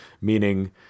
Meaning